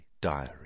diary